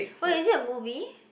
what is it a movie